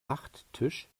nachttisch